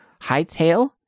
hightail